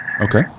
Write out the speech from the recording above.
Okay